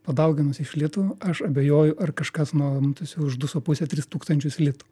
padauginus iš litų aš abejoju ar kažkas nuomotųsi už du su puse tris tūkstančius litų